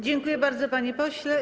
Dziękuję bardzo, panie pośle.